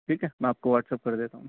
ٹھیک ہے میں آپ کو واٹس ایپ کر دیتا ہوں